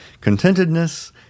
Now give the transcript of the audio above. contentedness